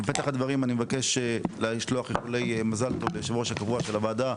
בפתח הדברים אני מבקש לשלוח איחולי מזל טוב ליו"ר הקבוע של הוועדה,